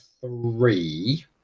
three